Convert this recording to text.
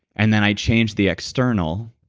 and then i change the external,